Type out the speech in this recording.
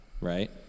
right